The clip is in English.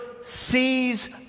sees